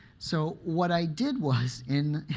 so what i did was, in